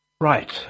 Right